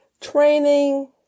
training